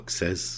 says